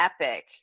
epic